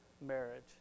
marriage